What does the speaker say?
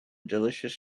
delicious